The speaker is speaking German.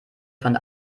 von